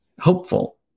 hopeful